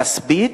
כספית,